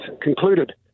concluded